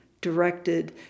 directed